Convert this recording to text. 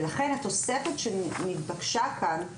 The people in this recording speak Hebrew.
לכן, התוספת שנתבקשה כאן,